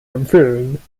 empfehlen